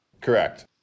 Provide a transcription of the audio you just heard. Correct